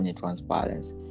transparency